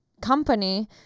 company